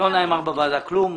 נאמר בוועדה כלום.